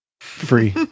free